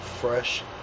Fresh